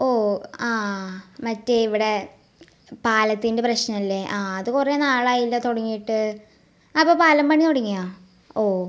ഓ ആ മറ്റേ ഇവിടെ പാലത്തിൻ്റെ പ്രശ്നം അല്ലേ ആ അത് കുറേ നാളായല്ലോ തുടങ്ങിയിട്ട് അപ്പം പാലം പണി തുടങ്ങിയോ ഓ